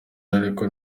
ariko